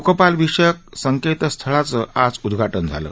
लोकपाल विषयक संकेतस्थळाचं आज उदघाटन झालं